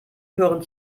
hören